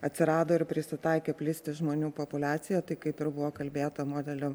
atsirado ir prisitaikė plisti žmonių populiaciją tai kaip buvo kalbėta modelio